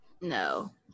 No